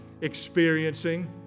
experiencing